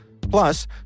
Plus